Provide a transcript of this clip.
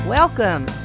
Welcome